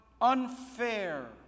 unfair